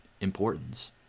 importance